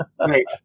Right